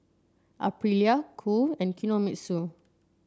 Aprilia Qoo and Kinohimitsu